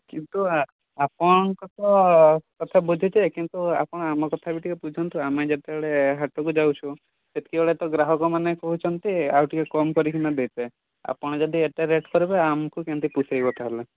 କିନ୍ତୁ ଆପଣଙ୍କ ତ କଥା ବୁଝୁଛି ଯେ କିନ୍ତୁ ଆପଣ ଆମ କଥା ବି ଟିକିଏ ବୁଝନ୍ତୁ ଆମେ ଯେତେବେଳେ ହାଟକୁ ଯାଉଛୁ ସେତିକି ବେଳେ ତ ଗ୍ରାହକମାନେ କହୁଛନ୍ତି ଆଉ ଟିକିଏ କମ୍ କରିକିନା ଦେବେ ଆପଣ ଯଦି ଏତେ ରେଟ୍ କରିବେ ଆମକୁ କେମିତି ପୋଷେଇବ ତା'ହେଲେ